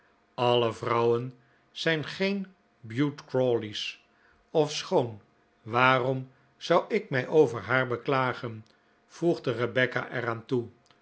alle vrouwen zijn geen bute crawleys ofschoon waarom zou ik mij over haar beklagen voegde rebecca er aan toe